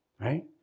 right